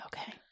okay